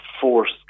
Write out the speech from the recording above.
force